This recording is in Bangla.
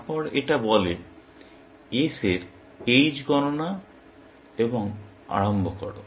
তারপর এটা বলে s এর h গণনা এবং আরম্ভ কর